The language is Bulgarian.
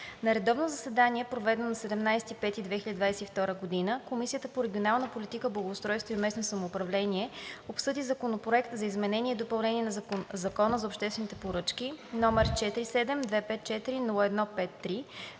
На редовно заседание, проведено на 17 май 2022 г., Комисията по регионална политика, благоустройство и местно самоуправление обсъди Законопроект за изменение и допълнение на Закона за обществените поръчки, № 47-254-01-53,